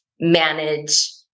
manage